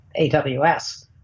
aws